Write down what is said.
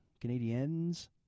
Canadians